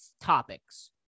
topics